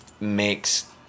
makes